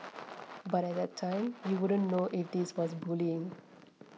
but at that time you wouldn't know if this was bullying